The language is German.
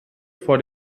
vor